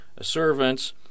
Servants